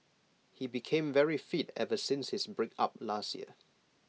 he became very fit ever since his breakup last year